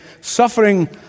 suffering